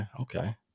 okay